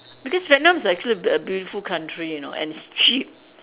because Vietnam is actually a b~ a beautiful country you know and it's cheap